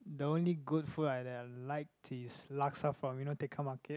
the only good food I that I like is Laksa from you know Tekka-Market